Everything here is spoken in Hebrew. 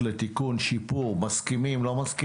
לתיקון ולשיפור ותגידו האם אתם מסכימים או לא,